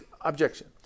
objection